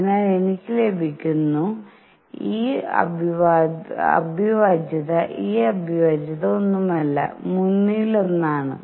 അതിനാൽ എനിക്ക് ലഭിക്കുന്നു ഈ അവിഭാജ്യത ഈ അവിഭാജ്യത ഒന്നുമല്ല മൂന്നിലൊന്നാണ്